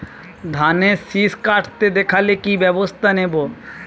ধানের শিষ কাটতে দেখালে কি ব্যবস্থা নেব?